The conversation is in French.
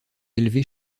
élevés